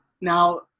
Now